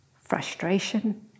frustration